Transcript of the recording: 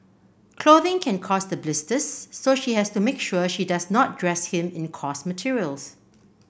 clothing can cause the blisters so she has to make sure she does not dress him in coarse materials